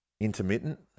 intermittent